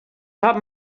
top